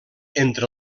entre